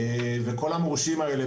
וכל המורשים האלה,